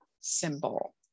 symbol